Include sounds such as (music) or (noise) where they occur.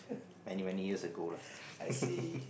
many many years ago lah (laughs)